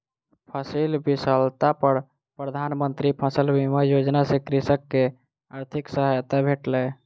फसील विफलता पर प्रधान मंत्री फसल बीमा योजना सॅ कृषक के आर्थिक सहायता भेटलै